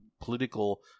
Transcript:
political